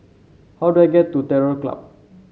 how do I get to Terror Club